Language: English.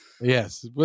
Yes